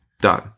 Done